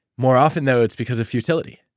more often, though, it's because of futility.